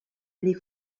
les